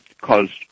caused